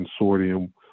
Consortium